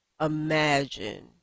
imagine